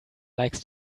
likes